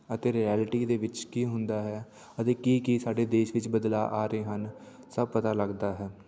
ਅਤੇ ਰਿਐਲਿਟੀ ਦੇ ਵਿੱਚ ਕੀ ਹੁੰਦਾ ਹੈ ਅਤੇ ਕੀ ਕੀ ਸਾਡੇ ਦੇਸ਼ ਵਿੱਚ ਬਦਲਾਅ ਆ ਰਹੇ ਹਨ ਸਭ ਪਤਾ ਲੱਗਦਾ ਹੈ